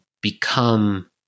become